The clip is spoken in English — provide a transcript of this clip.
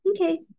Okay